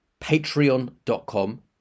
patreon.com